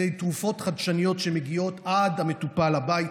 על ידי תרופות חדשניות שמגיעות עד המטופל הביתה,